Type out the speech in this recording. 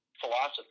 philosophy